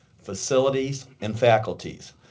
facilities, and faculties.